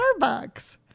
starbucks